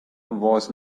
was